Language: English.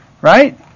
right